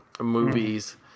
movies